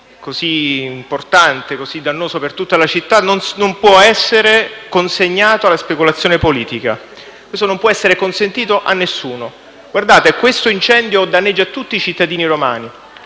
così importante e dannoso per tutta la città non può essere consegnato alla speculazione politica; questo non può essere consentito a nessuno. Questo incendio danneggia tutti i cittadini romani